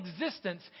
existence